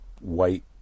white